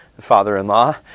father-in-law